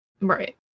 Right